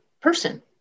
person